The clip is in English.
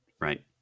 right